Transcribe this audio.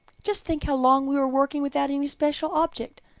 just think how long we were working without any special object.